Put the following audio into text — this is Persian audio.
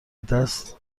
دست